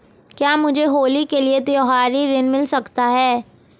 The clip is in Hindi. क्या मुझे होली के लिए त्यौहारी ऋण मिल सकता है?